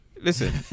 Listen